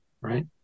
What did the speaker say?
right